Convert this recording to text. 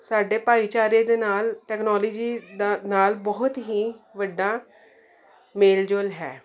ਸਾਡੇ ਭਾਈਚਾਰੇ ਦੇ ਨਾਲ ਟੈਕਨੋਲੋਜੀ ਦਾ ਨਾਲ ਬਹੁਤ ਹੀ ਵੱਡਾ ਮੇਲਜੋਲ ਹੈ